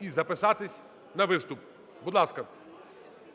і записатись на виступ. Будь ласка.